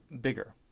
bigger